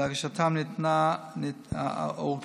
ולהגשתם ניתנה ארכה.